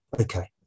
Okay